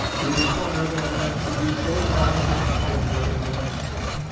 we require that a man should be so large and columnar in the landscape,